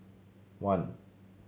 one